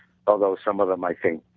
although some of them, i think,